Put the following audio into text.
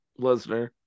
Lesnar